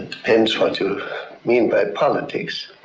depends what you mean by politics.